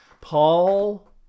Paul